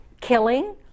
killing